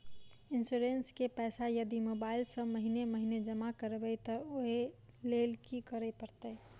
Insurance केँ पैसा यदि मोबाइल सँ महीने महीने जमा करबैई तऽ ओई लैल की करऽ परतै?